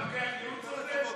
אתה לוקח ייעוץ על זה?